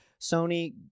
Sony